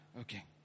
Okay